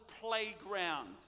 playground